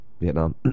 Vietnam